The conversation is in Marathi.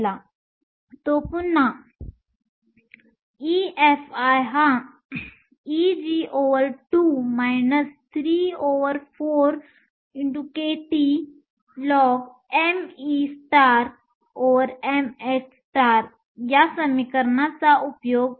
तर तो पुन्हा EFi हा Eg2 34kTln memh या समीकरणाचा उपयोग आहे